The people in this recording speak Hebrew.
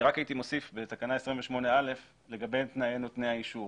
הייתי מוסיף בתקנה 28(א) לגבי תנאי נותני האישור.